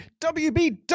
WBW